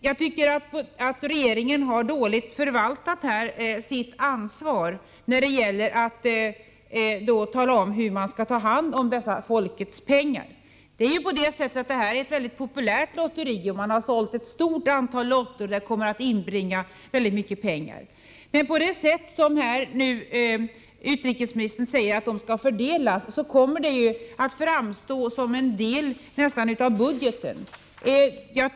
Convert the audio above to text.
Jag tycker att regeringen har illa förvaltat sitt ansvar när det gäller att tala om hur man skall ta hand om dessa folkets pengar. Det här är ju ett mycket populärt lotteri. Man har sålt ett stort antal lotter, och det kommer att inbringa väldigt mycket pengar. Med det sätt som utrikesministern säger att de kommer att förvaltas på kommer de nästan att framstå som en del i budgeten.